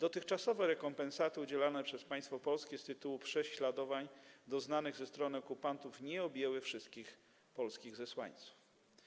Dotychczasowe rekompensaty udzielane przez państwo polskie z tytułu prześladowań doznanych ze strony okupantów nie objęły wszystkich polskich zesłańców.